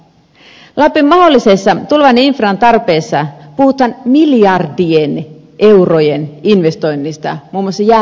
lapin mahdollisessa tulevan infran tarpeessa puhutaan miljardien eurojen investoinneista muun muassa jäämeren rataan